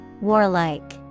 Warlike